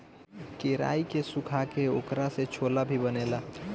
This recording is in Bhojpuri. केराई के सुखा के ओकरा से छोला भी बनेला